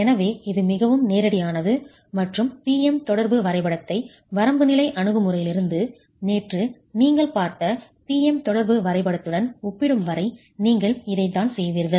எனவே இது மிகவும் நேரடியானது மற்றும் P M தொடர்பு வரைபடத்தை வரம்பு நிலை அணுகுமுறையிலிருந்து நேற்று நீங்கள் பார்த்த P M தொடர்பு வரைபடத்துடன் ஒப்பிடும் வரை நீங்கள் இதைத்தான் செய்வீர்கள்